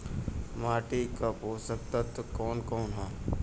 माटी क पोषक तत्व कवन कवन ह?